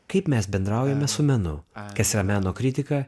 kaip mes bendraujame su menu kas yra meno kritika